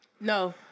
No